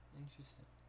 interesting